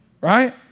Right